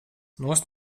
nost